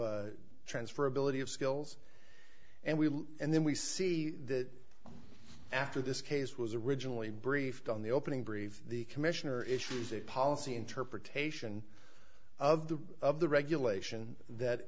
of transferability of skills and we and then we see that after this case was originally briefed on the opening brief the commissioner issues a policy interpretation of the of the regulation that